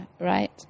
right